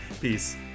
peace